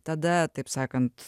tada taip sakant